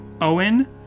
Owen